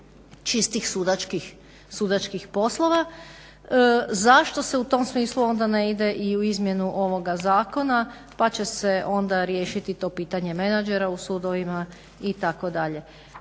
čistih sudačkih poslova. Zašto se u tom smislu onda ne ide i u izmjenu ovoga zakona pa će se onda riješiti to pitanje menadžera u sudovima itd.